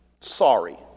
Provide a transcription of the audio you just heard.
Sorry